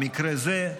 במקרה זה,